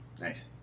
Nice